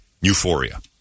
Euphoria